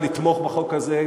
לתמוך בחוק הזה,